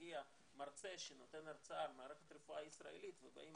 שכשמגיע מרצה שנותן הרצאה על מערכת הרפואה הישראלית ובאים